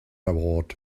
award